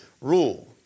rule